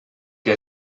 que